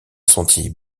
sentier